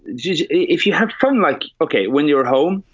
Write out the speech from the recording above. judge, if you have fun, like, ok when you're home.